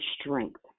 strength